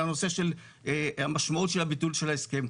על הנושא של המשמעות של הביטול של ההסכם.